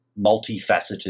multifaceted